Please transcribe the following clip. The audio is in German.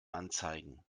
anzeigen